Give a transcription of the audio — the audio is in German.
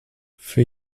für